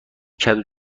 کدو